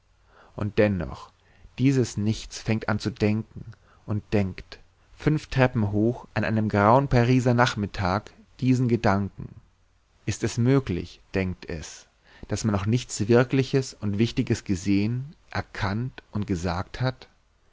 und dennoch dieses nichts fängt an zu denken und denkt fünf treppen hoch an einem grauen pariser nachmittag diesen gedanken ist es möglich denkt es daß man noch nichts wirkliches und wichtiges gesehen erkannt und gesagt hat